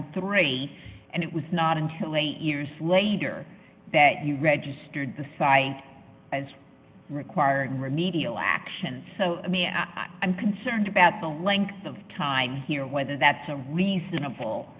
and three and it was not until eight years later that you registered the site as required remedial action so i'm concerned about the length of time here whether that's a reasonable